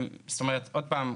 עוד פעם,